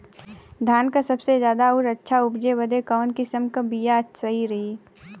धान क सबसे ज्यादा और अच्छा उपज बदे कवन किसीम क बिया सही रही?